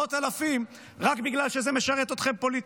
לעשרות אלפים, רק בגלל שזה משרת אתכם פוליטית.